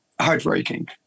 heartbreaking